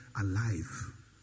alive